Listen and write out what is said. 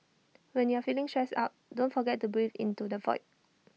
when you are feeling stressed out don't forget to breathe into the void